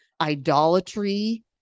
idolatry